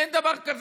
אין דבר כזה.